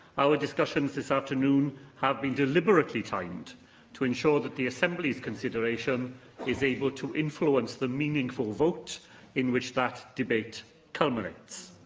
our discussions this afternoon have been deliberately timed to ensure that the assembly's consideration is able to influence the meaningful vote in which that debate culminates.